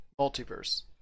Multiverse